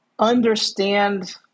understand